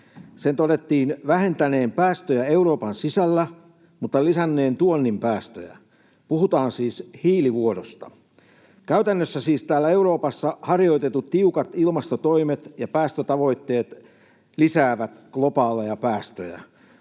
Sen todettiin vähentäneen päästöjä Euroopan sisällä mutta lisänneen tuonnin päästöjä. Puhutaan siis hiilivuodosta. Käytännössä siis täällä Euroopassa harjoitetut tiukat ilmastotoimet ja päästötavoitteet lisäävät globaaleja päästöjä.